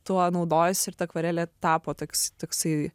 tuo naudojuosi ir ta akvarelė tapo toks tiksai